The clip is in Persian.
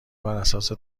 براساس